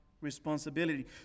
responsibility